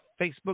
Facebook